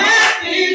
Happy